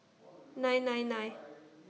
nine nine nine